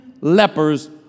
lepers